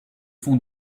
font